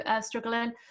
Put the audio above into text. struggling